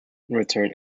returned